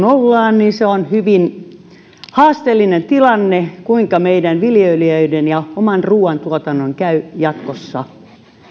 ollaan niin on hyvin haasteellinen tilanne kuinka meidän viljelijöidemme ja oman ruuantuotantomme käy jatkossa